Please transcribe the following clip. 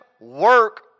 work